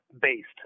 based